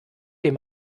dem